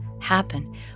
happen